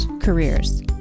careers